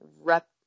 rep